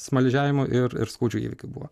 smaližiavimu ir ir skaudžių įvykių buvo